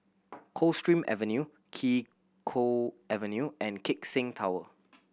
Coldstream Avenue Kee Choe Avenue and Keck Seng Tower